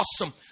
awesome